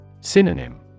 Synonym